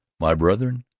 my brethren,